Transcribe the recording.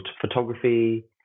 Photography